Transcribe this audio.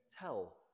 tell